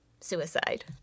suicide